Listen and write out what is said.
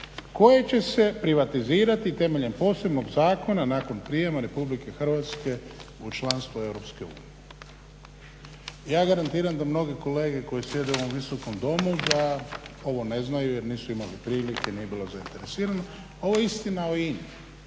koje će se privatizirati temeljem posebnog zakona nakon prijema RH u članstvo EU. Ja garantiram da mnoge kolege koje stoje ovdje u ovom Visokom domu da ovo ne znaju jer nisu imali prilike, nije bilo zainteresiranih, a ovo je istina o INA-i